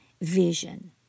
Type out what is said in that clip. vision